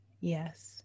Yes